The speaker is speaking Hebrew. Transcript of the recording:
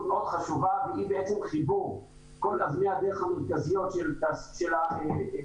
מאוד חשובה והיא חיבור כל ה --- המרכזיות של הנסיעה